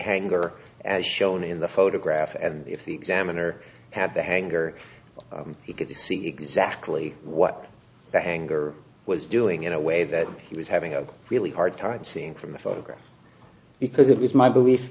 hangar as shown in the photograph if the examiner have the hanger you could see exactly what the anger was doing in a way that he was having a really hard time seeing from the photograph because it was my belief